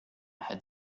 had